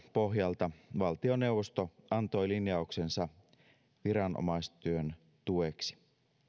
pohjalta valtioneuvosto antoi linjauksensa viranomaistyön tueksi